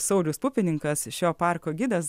saulius pupininkas šio parko gidas